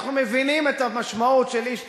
אנחנו מבינים את המשמעות של איש צבא,